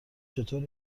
چطور